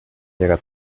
llega